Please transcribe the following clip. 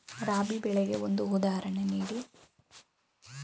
ರಾಬಿ ಬೆಳೆಗೆ ಒಂದು ಉದಾಹರಣೆ ನೀಡಿ